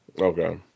Okay